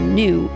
new